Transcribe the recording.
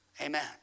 Amen